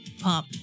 pop